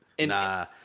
Nah